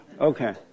okay